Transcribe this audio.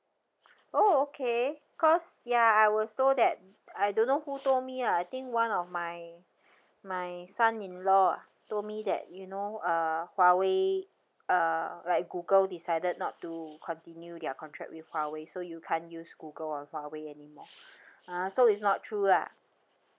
oh okay because ya I was told that I don't know who told me lah I think one of my my son-in-law ah told me that you know uh Huawei uh like Google decided not to continue their contract with Huawei so you can't use Google on Huawei anymore ha so it's not true lah